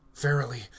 verily